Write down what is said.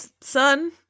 son